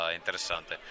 interessante